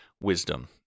wisdom